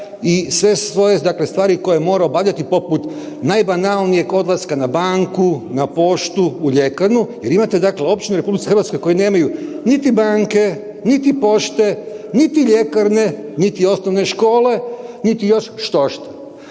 i sve svoje dakle stvari koje mora obavljati, poput, najbanalnije odlaska na banku, na poštu, u ljekarnu jer imate dakle, općine u RH koje nemaju niti banke, niti pošte niti ljekarne niti osnovne škole niti još štošta.